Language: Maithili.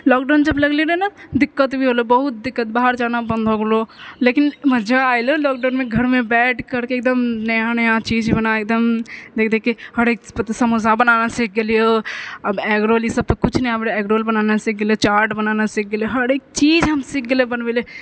लॉकडाउ जब लगले रहै नहि दिक्कत भेल रहए बहुत दिक्कत बाहर जाना बन्द भए गेलो लेकिन मजा ऐलो लॉकडाउनमे घरमे बैठि करके एकदम नया नया चीज बनाके एकदम देखि देखिके हरेक समोसा बनौने सीख गेलिऔ आब एग रोल ई सब तऽ किछु नहि आब एग रोल बनौने सीख गेलियो चाट बनौने सीख गेलियो हरेक चीज हम सीख गेलियो बनबै लए